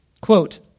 quote